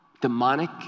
demonic